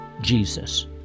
Jesus